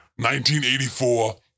1984